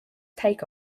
take